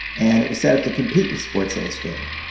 and it was set up to compete with sports illustrated.